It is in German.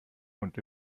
und